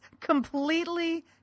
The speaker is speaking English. completely